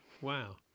wow